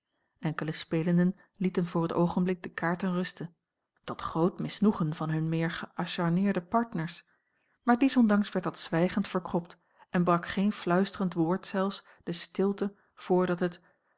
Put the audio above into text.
enkele spelenden lieten voor het oogenblik de kaarten rusten tot groot misnoegen van hun meer geacharneerde partners maar diesondanks werd dat zwijgend verkropt en brak geen fluisterend woord zelfs de stilte voordat het